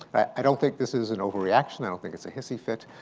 i don't think this is an overreaction. i don't think it's a hissy fit.